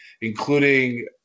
including